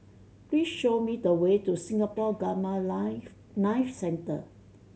please show me the way to Singapore Gamma Life Knife Centre